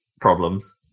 problems